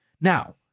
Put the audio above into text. Now